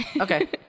Okay